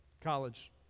college